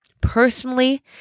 personally